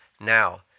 Now